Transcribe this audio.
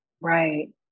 right